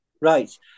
right